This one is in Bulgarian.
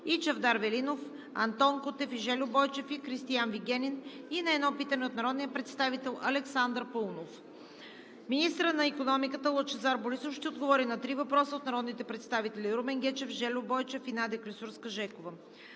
Чавдар Велинов; Антон Кутев и Жельо Бойчев; и Кристиан Вигенин; и на едно питане от народния представител Александър Паунов. 4. Министърът на икономиката Лъчезар Борисов ще отговори на три въпроса от народните представители Румен Гечев; Жельо Бойчев; и Надя Клисурска-Жекова.